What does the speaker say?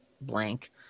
blank